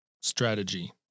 strategy